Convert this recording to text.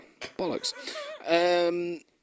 Bollocks